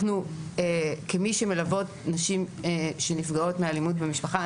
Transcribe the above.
כמי שמלוות נשים שנפגעות מאלימות במשפחה,